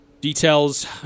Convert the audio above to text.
details